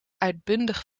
uitbundig